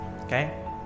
Okay